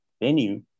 venue